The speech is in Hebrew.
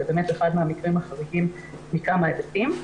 זה באמת אחד מהמקרים החריגים מכמה היבטים.